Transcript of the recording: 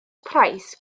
price